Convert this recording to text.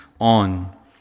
on